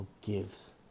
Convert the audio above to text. forgives